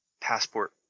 passport